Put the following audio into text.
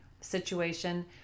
situation